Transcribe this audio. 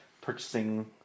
purchasing